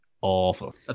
Awful